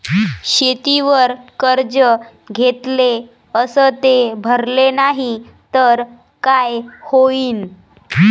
शेतीवर कर्ज घेतले अस ते भरले नाही तर काय होईन?